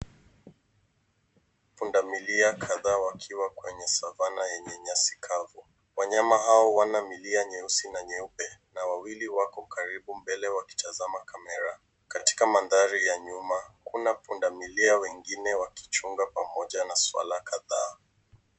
Pundamilia kadhaa wakiwa kwenye savana yenye nyasi kavu. Pundamilia hawa wana milia nyeusi na myeupe na wawili wako karibu mbele wakitazama kamera .Katika mandhari ya nyuma kuna pundamilia wengine wakichunga pamoja na swara kadhaa.